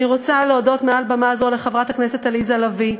אני רוצה להודות מעל במה זו לחברת הכנסת עליזה לביא,